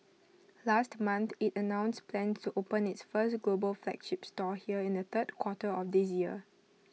last month IT announced plans to open its first global flagship store here in the third quarter of this year